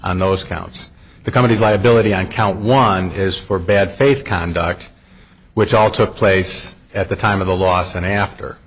on those counts the company's liability on count one is for bad faith conduct which all took place at the time of the loss and after